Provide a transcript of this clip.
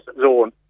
zone